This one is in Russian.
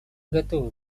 готовы